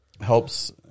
helps